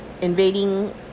invading